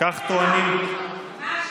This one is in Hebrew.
רק